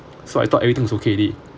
so I thought everything was okay already